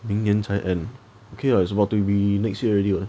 明年才 end okay lah is about to be next year already [what]